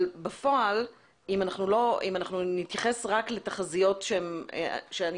אבל בפועל אם נתייחס רק לתחזיות שאני